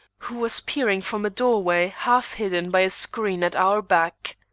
who was peering from a door-way half hidden by a screen at our back.